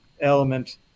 element